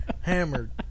Hammered